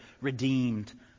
redeemed